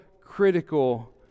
critical